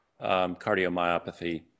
cardiomyopathy